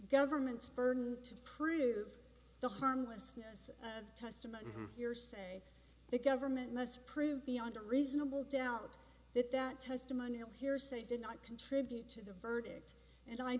government's burden to prove the harmlessness testimony hearsay the government must prove beyond a reasonable doubt that that testimonial hearsay did not contribute to the verdict and i